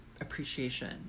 appreciation